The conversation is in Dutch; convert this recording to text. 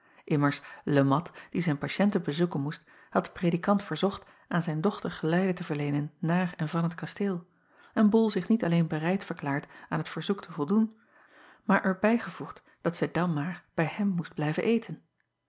e at die zijn patiënten bezoeken moest had den predikant verzocht aan zijn dochter geleide te verleenen naar en van het kasteel en ol zich niet alleen bereid verklaard aan het verzoek te voldoen maar er bijgevoegd dat zij dan maar bij hem moest blijven eten